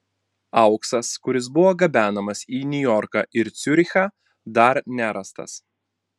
auksas kuris buvo gabenamas į niujorką ir ciurichą dar nerastas